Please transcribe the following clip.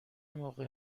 موقع